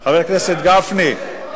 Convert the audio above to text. חבר הכנסת גפני,